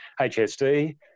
HSD